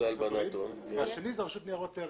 והרשות לניירות ערך.